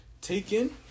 Taken